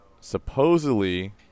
supposedly